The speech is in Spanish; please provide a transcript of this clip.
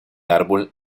árbol